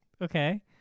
Okay